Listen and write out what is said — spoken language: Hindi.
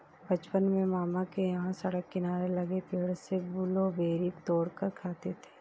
बचपन में मामा के यहां सड़क किनारे लगे पेड़ से ब्लूबेरी तोड़ कर खाते थे